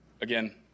again